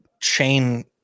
chain